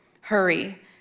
Hurry